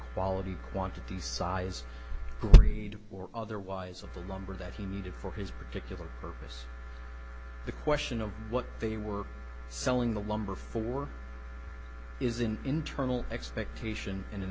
quality quantity size or otherwise of the lumber that he needed for his particular purpose the question of what they were selling the lumber for is an internal expectation and an